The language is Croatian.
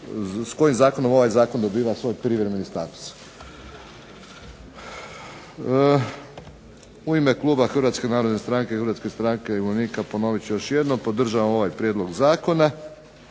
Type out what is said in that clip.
s kojim zakonom ovaj zakon dobiva svoj privremeni status. U ime kluba Hrvatske narodne stranke i Hrvatske stranke umirovljenika ponovit ću još jednom podržavam ovaj prijedlog zakona.